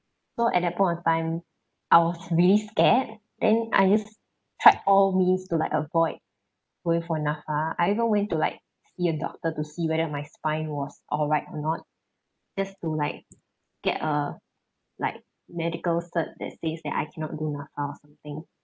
so at that point of time I was really scared then I just tried all means to like avoid going for NAPFA I even went to like see a doctor to see whether my spine was all right or not just to like get a like medical cert that says that I cannot do NAPFA or something